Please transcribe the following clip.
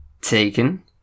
Taken